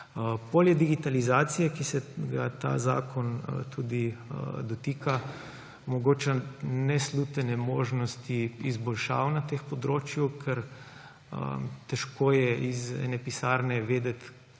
takega. Digitalizacija, ki se je ta zakon tudi dotika, omogoča neslutene možnosti izboljšav na tem področju, ker težko je iz ene pisarne vedeti,